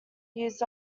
years